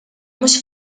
mhux